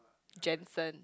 Jensen